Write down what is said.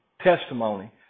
testimony